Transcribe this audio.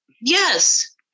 yes